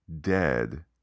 dead